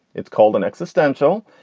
it's called an existential.